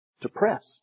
depressed